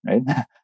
right